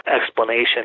explanation